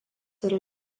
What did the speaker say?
yra